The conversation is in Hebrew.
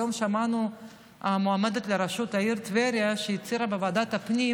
היום שמענו שמועמדת לראשות העיר טבריה הצהירה בוועדת הפנים